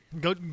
Go